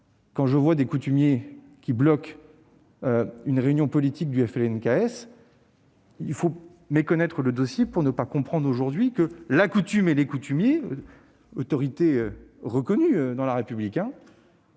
presse que des coutumiers bloquent une réunion politique du FLNKS, il faut méconnaître le dossier pour ne pas comprendre que la coutume et les coutumiers, autorité reconnue dans la République,